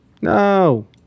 No